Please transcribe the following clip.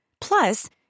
Plus